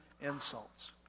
insults